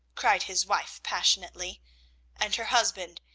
cried his wife passionately and her husband,